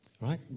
right